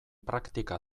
praktika